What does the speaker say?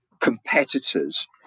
competitors